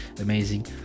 amazing